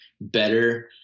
better